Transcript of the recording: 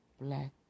black